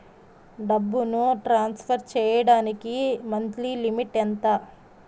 డబ్బును ట్రాన్సఫర్ చేయడానికి monthly limit ఎంత?